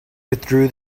withdrew